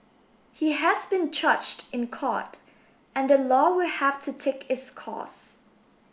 he has been charged in court and the law will have to take its course